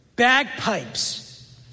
bagpipes